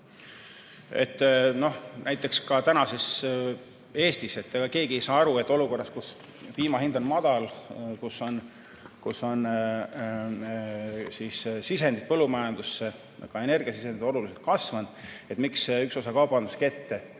No näiteks, ka tänases Eestis ei saa keegi aru, et olukorras, kus piima hind on madal, kus on sisendid põllumajandusse, ka energiasisend oluliselt kasvanud, teeb üks osa kaubanduskette